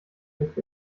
lässt